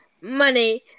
money